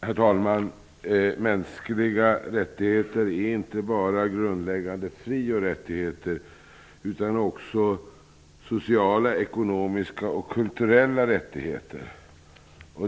Herr talman! Mänskliga rättigheter handlar inte bara om grundläggande fri och rättigheter, utan också om sociala, ekonomiska och kulturella rättigheter.